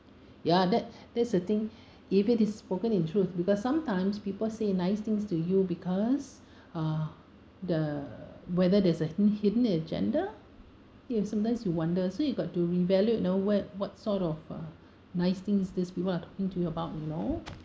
ya that that's the thing if it is spoken in truth because sometimes people say nice things to you because ah the whether there's a hidden agenda ya sometimes you wonder so you've got to re-evaluate you know why what sort of uh nice things these people are talking about you know